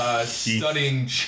studying